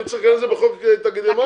אני צריך להתייחס לזה בחוק תאגידי מים?